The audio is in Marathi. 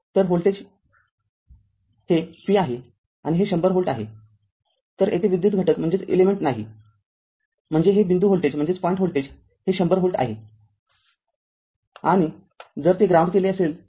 तर r व्होल्टेज हे V आहे आणि हे १०० व्होल्ट आहे तर येथे विद्युत घटक नाही म्हणजेच हे बिंदू व्होल्टेज हे १०० व्होल्ट आहे आणि जर ते I जर ते ग्राउंड केले असेल